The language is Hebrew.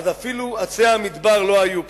אז אפילו עצי המדבר לא היו פה.